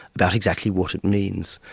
about exactly what it means.